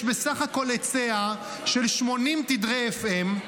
יש בסך הכול היצע של 80 תדרי FM,